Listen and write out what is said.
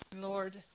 Lord